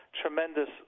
Tremendous